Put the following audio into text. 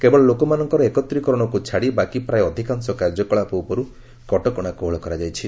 କେବଳ ଲୋକମାନଙ୍କର ଏକତ୍ରିକରଣକୁ ଛାଡ଼ି ବାକି ପ୍ରାୟ ଅଧିକାଂଶ କାର୍ଯ୍ୟକଳାପ ଉପରୁ କଟକଣା କୋହଳ କରାଯାଇଛି